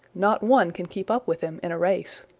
not one can keep up with him in a race.